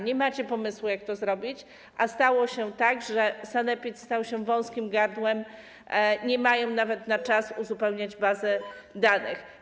Nie macie pomysłu, jak to zrobić, a stało się tak, że sanepid stał się wąskim gardłem, nie mają tam nawet czasu na uzupełnianie bazy danych.